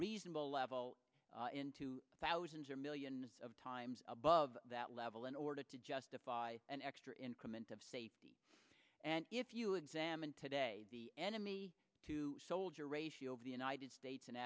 reasonable level into thousands or millions of times above that level in order to justify an extra increment of safety and if you examine today the enemy to soldier ratio of the united states